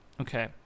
Okay